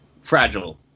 fragile